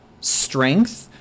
strength